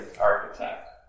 architect